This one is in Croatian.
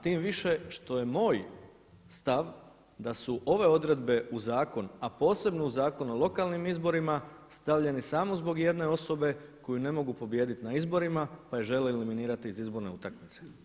A tim više što je moj stav da su ove odredbe u zakon, a posebno u Zakon o lokalnim izborima stavljeni samo zbog jedne osobe koju ne mogu pobijediti na izborima, pa je žele eliminirati iz izborne utakmice.